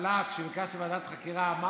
בהתחלה שכשביקשתי ועדת חקירה אמרתי